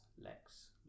Lex